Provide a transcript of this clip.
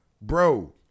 bro